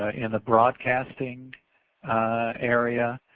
ah in the broadcasting area,